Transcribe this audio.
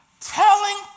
telling